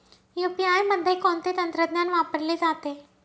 UPI मध्ये कोणते तंत्रज्ञान वापरले जाते?